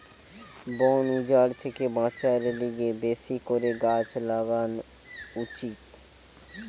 বন উজাড় থেকে বাঁচার লিগে বেশি করে গাছ লাগান উচিত